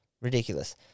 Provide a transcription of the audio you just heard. ridiculous